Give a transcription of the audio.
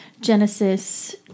Genesis